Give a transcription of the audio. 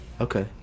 Okay